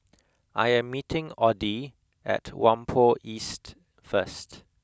I am meeting Oddie at Whampoa East first